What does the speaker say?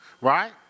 right